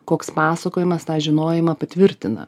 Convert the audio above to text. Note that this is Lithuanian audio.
koks pasakojimas tą žinojimą patvirtina